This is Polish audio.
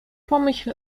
pomyśl